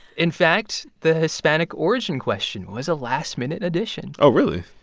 in fact, the hispanic-origin question was a last-minute addition oh, really?